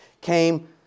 came